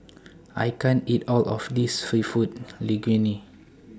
I can't eat All of This Seafood Linguine